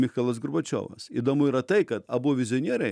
michailas gorbačiovas įdomu yra tai kad abu vizionieriai